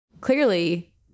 clearly